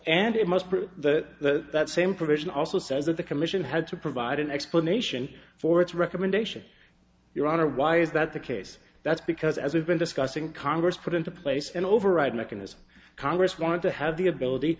and it must prove that that same provision also says that the commission had to provide an explanation for its recommendation your honor why is that the case that's because as we've been discussing congress put into place and override mechanism congress wanted to have the ability